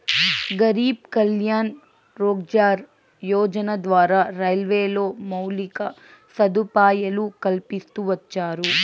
గరీబ్ కళ్యాణ్ రోజ్గార్ యోజన ద్వారా రైల్వేలో మౌలిక సదుపాయాలు కల్పిస్తూ వచ్చారు